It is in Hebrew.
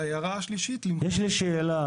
יש לי שאלה